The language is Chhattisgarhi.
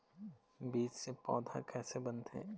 बीज से पौधा कैसे बनथे?